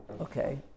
Okay